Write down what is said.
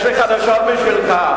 יש אשכנזים שהולכים, יש לי חדשות בשבילך.